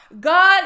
God